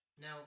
Now